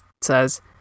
says